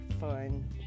fun